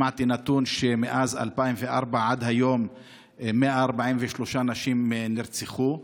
שמעתי נתון: מאז 2004 ועד היום 143 נשים נרצחו.